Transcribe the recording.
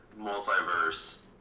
multiverse